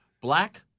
black